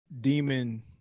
demon